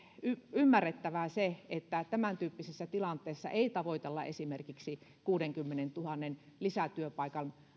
ymmärrettävää se että tämäntyyppisessä tilanteessa ei tavoitella esimerkiksi kuudenkymmenentuhannen lisätyöpaikan